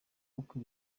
uko